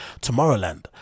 Tomorrowland